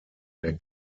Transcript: der